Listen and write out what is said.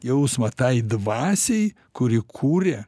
jausmą tai dvasiai kuri kūrė